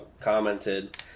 commented